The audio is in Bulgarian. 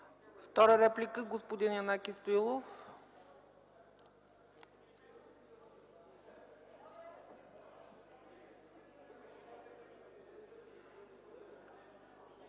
Втора реплика – господин Янаки Стоилов.